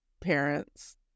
parents